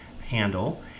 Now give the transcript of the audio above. handle